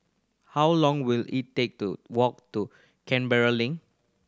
how long will it take to walk to Canberra Link